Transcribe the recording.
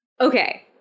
Okay